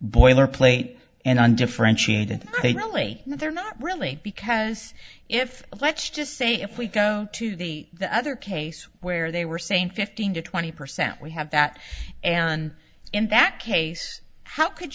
boilerplate and undifferentiated they really they're not really because if let's just say if we go to the other case where they were saying fifteen to twenty percent we have that and in that case how could